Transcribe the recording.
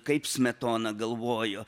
kaip smetona galvojo